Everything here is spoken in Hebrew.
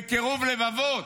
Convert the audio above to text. בקירוב לבבות.